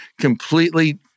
completely